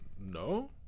No